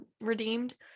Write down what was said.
redeemed